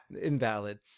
invalid